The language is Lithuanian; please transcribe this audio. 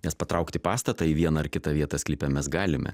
nes patraukti pastatą į vieną ar kitą vietą sklype mes galime